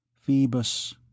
Phoebus